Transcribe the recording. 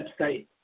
website